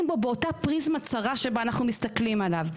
באותה פריזמה צרה שבה אנחנו מסתכלים עליו.